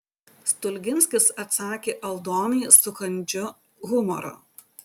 stulginskis atsakė aldonai su kandžiu humoru